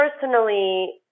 personally